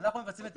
אנחנו מבצעים את